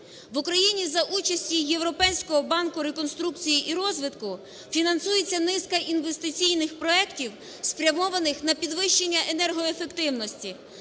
В Україні, за участі Європейського банку реконструкцій і розвитку, фінансується низка інвестиційних проектів, спрямованих на підвищення енергоефективності,